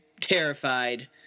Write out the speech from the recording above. terrified